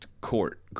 Court